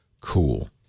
cool